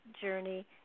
journey